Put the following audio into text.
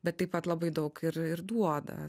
bet taip pat labai daug ir ir duoda